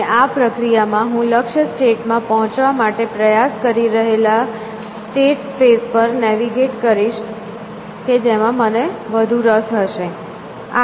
અને આ પ્રક્રિયામાં હું લક્ષ્ય સ્ટેટ માં પહોંચવા માટે પ્રયાસ કરી રહેલા સ્ટેટ સ્પેસ પર નેવિગેટ કરીશ કે જેમાં મને વધુ રસ હશે